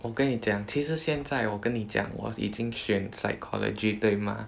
我跟你讲其实现在我跟你讲我已经选 psychology 对吗